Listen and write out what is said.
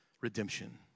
redemption